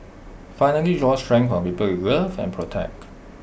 finally draw strength from the people you love and protect